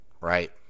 right